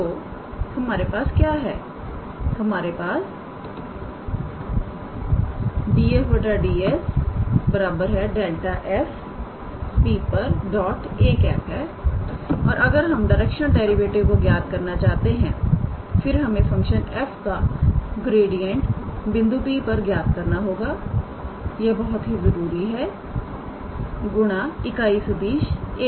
तो हमारे पास क्या है हमारे पास है 𝑑𝑓𝑑𝑠 ∇⃗ 𝑓𝑃 𝑎̂ और अगर हम डायरेक्शनल डेरिवेटिव को ज्ञात करना चाहते हैं फिर हमें फंक्शन f का ग्रेडियंट बिंदु P पर ज्ञात करना होगा यह बहुत ही जरूरी है गुना इकाई सदिश 𝑎̂